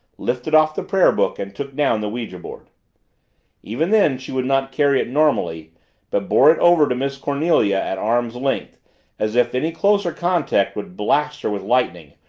lifted off the prayer book, and took down the ouija-board. even then she would not carry it normally but bore it over to miss cornelia at arms'-length, as if any closer contact would blast her with lightning,